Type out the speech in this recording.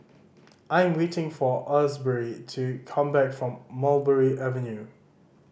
I'm waiting for Asbury to come back from Mulberry Avenue